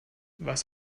was